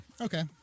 Okay